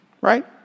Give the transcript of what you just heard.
right